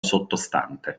sottostante